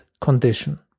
condition